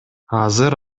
азыр